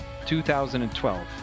2012